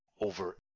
over